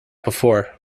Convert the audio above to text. before